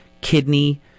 Kidney